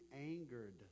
angered